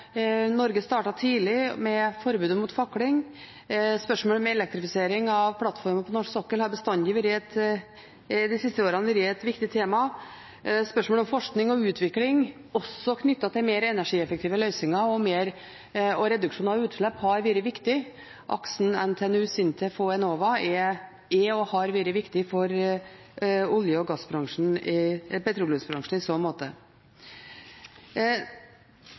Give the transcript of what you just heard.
Norge startet tidlig, med forbudet mot fakling. Spørsmålet om elektrifisering av plattformene på norsk sokkel har de siste årene bestandig vært et viktig tema. Spørsmålet om forskning og utvikling, også knyttet til mer energieffektive løsninger og reduksjon av utslipp, har vært viktig. Aksen NTNU–SINTEF–Enova er og har vært viktig for petroleumsbransjen i så måte. Det er ingen tvil om at denne bransjen kommer til å møte en gjennomgang og